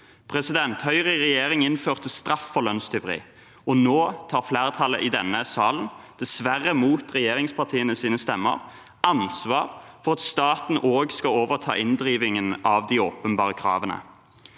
Høyre i regjering innførte straff for lønnstyveri, og nå tar flertallet i denne salen, dessverre mot regjeringspartienes stemmer, ansvar for at staten òg skal overta inndrivingen av de åpenbare kravene.